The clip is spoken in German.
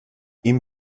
ihm